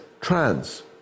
trans